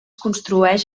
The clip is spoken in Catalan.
construeix